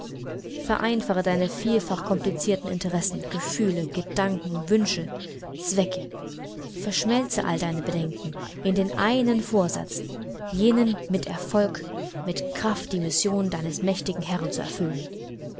vereinfache deine vielfach komplizierten interessen gefühle gedanken wünsche zwecke verschmelze all deine bedenken in den einen vorsatz jenen mit erfolg mit kraft die mission deines mächtigen herrn zu erfüllen